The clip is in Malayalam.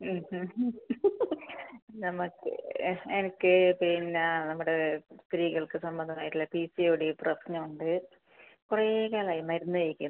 നമ്മൾക്ക് എനിക്ക് പിന്നെ നമ്മുടെ സ്ത്രീകൾക്ക് സംബന്ധമായിട്ടുള്ള പി സി ഒ ഡി പ്രശ്നം ഉണ്ട് കുറേ കാലമായി മരുന്ന് കഴിക്കുന്നു